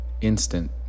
instant